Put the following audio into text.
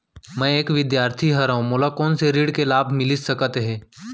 मैं एक विद्यार्थी हरव, मोला कोन से ऋण के लाभ मिलिस सकत हे?